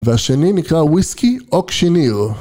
והשני נקרא וויסקי אוקשיניר